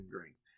drinks